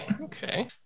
Okay